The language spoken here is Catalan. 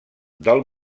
del